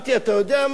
אתה יודע מה,